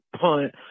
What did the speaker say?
punt